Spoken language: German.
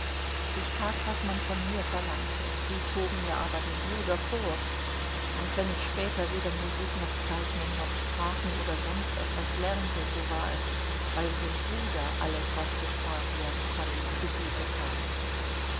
ich tat was man von mir verlangte sie zogen mir aber den bruder vor und wenn ich später weder musik noch zeichnen noch sprachen oder sonst etwas lernte so war es weil dem bruder alles was gespart werden konnte zu gute kam